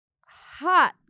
hot